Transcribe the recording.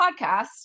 podcast